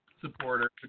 supporter